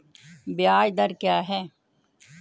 ब्याज दर क्या है?